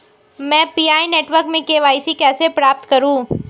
मैं PI network में KYC कैसे प्राप्त करूँ?